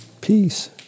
peace